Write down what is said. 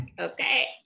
okay